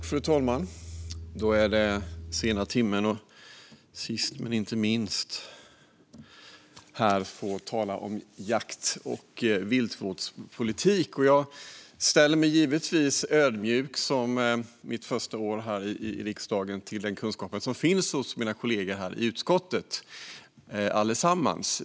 Fru talman! Det är sena timmen, och sist men inte minst får jag tala om jakt och viltvårdspolitik. Jag ställer mig givetvis ödmjuk - det är mitt första år här i riksdagen - inför den kunskap som finns hos alla mina kollegor i utskottet.